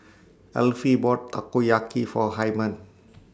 Elfie bought Takoyaki For Hymen